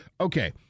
okay